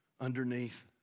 underneath